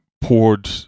poured